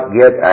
get